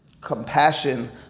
compassion